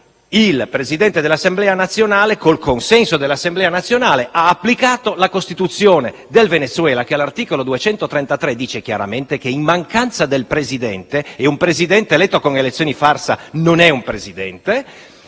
il presidente Guaidó, con il consenso dell'Assemblea, ha applicato la Costituzione del Venezuela, che all'articolo 233 stabilisce chiaramente che, in mancanza del Presidente - e un Presidente eletto con elezioni farsa non è un Presidente